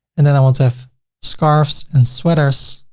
and then i want to have scarves and sweaters.